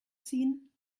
ziehen